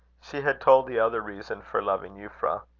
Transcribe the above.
she had told the other reason for loving euphra.